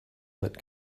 that